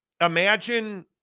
imagine